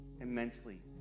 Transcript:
immensely